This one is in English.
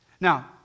Now